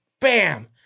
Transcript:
Bam